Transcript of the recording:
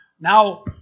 now